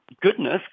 goodness